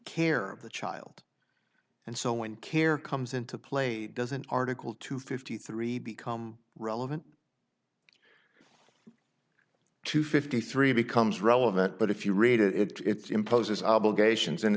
care of the child and so on care comes into play does an article two fifty three become relevant to fifty three becomes relevant but if you read it it's imposes obligations and